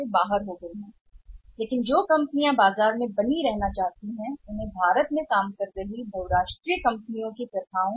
परंतु कंपनियों को बाजार में बनाए रखने के लिए उन्हें नियम और कहा के साथ संरेखित करना होगा भारत में काम कर रही बहुराष्ट्रीय कंपनियों की प्रथाओं